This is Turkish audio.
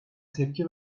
tepki